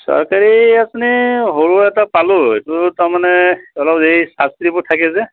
চৰকাৰী আঁচনি সৰু এটা পালোঁ এইটো তাৰমানে অলপ এই ছাবছিডিবোৰ থাকে যে